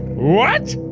what?